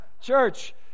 church